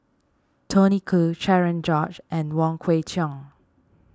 Tony Khoo Cherian George and Wong Kwei Cheong